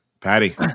Patty